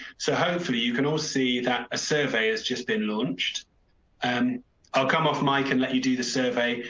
so hopefully you can also see that a survey is just been launched an i'll come off mike and let you do the survey.